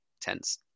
tense